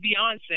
Beyonce